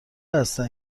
هستن